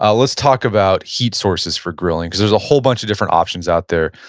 ah let's talk about heat sources for grilling cause there's a whole bunch of different options out there.